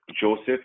joseph